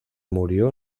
murió